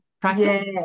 practice